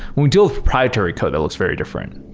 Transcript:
we deal with proprietary code that looks very different.